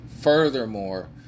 Furthermore